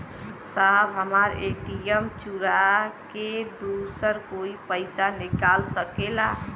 साहब हमार ए.टी.एम चूरा के दूसर कोई पैसा निकाल सकेला?